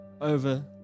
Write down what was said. over